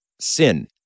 sin